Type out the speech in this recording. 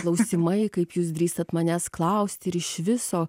klausimai kaip jūs drįstat manęs klausti ir iš viso